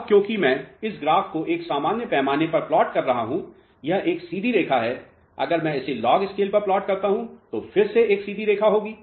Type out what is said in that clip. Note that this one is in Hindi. अब क्योंकि मैं इस ग्राफ को एक सामान्य पैमाने पर प्लॉट कर रहा हूं यह एक सीधी रेखा है अगर मैं इसे लॉग स्केल पर प्लॉट करता हूं तो यह फिर से एक सीधी रेखा होगी